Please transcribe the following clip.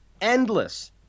endless